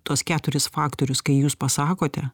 tuos keturis faktorius kai jūs pasakote